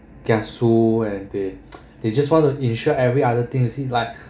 kiasu and they they just want to ensure every other thing to see like